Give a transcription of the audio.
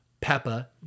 Peppa